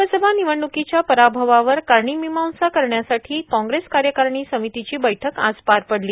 लोकसभा निवडण्कीच्या पराभवावर कारणमिमांसा करण्यासाठी कॉग्रेस कार्यकारिणीची समितीची बैठक आज पार पाडली